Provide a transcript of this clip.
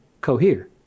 cohere